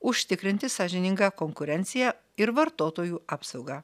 užtikrinti sąžiningą konkurenciją ir vartotojų apsaugą